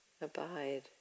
Abide